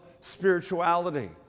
spirituality